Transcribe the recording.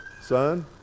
Son